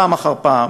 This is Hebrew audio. פעם אחר פעם,